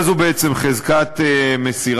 מה זו בעצם חזקת מסירה?